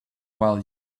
while